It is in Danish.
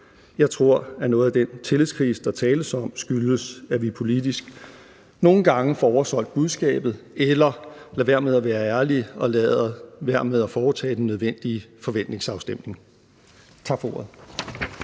Jeg tror, at noget af den tillidskrise, der tales om, skyldes, at vi politisk nogle gange får oversolgt budskabet eller lader være med at være ærlige og lader være med at foretage den nødvendige forventningsafstemning. Tak for ordet.